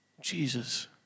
Jesus